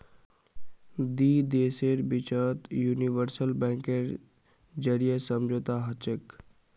दी देशेर बिचत यूनिवर्सल बैंकेर जरीए समझौता हछेक